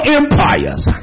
empires